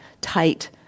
tight